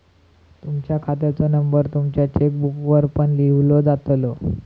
तुमच्या खात्याचो नंबर तुमच्या चेकबुकवर पण लिव्हलो जातलो